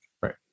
Right